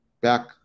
back